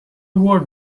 word